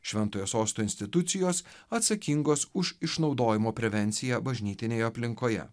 šventojo sosto institucijos atsakingos už išnaudojimo prevenciją bažnytinėje aplinkoje